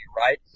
right